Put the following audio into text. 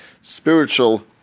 spiritual